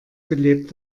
belebt